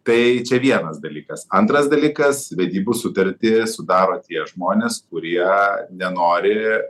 tai čia vienas dalykas antras dalykas vedybų sutartį sudaro tie žmonės kurie nenori